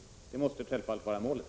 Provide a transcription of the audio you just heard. Det måste självfallet vara målet.